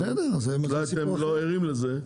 אולי אתם לא ערים לזה,